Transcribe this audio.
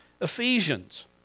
Ephesians